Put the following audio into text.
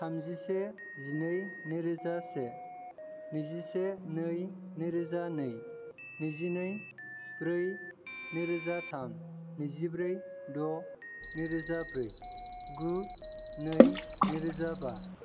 थामजिसे जिनै नैरोजा से नैजिसे नै नै रोजा नै नैजिनै ब्रै नै रोजा थाम नैजिब्रै द' नैरोजा ब्रै गु नै नै रोजा बा